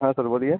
हाँ सर बोलिए